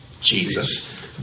Jesus